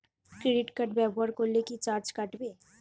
Credit card ব্যাবহার করলে কি চার্জ কাটবে?